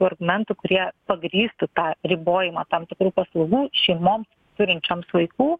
argumentų kurie pagrįstų tą ribojimą tam tikrų paslaugų šeimoms turinčioms vaikų